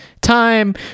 Time